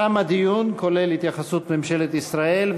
תם הדיון, כולל התייחסות ממשלת ישראל.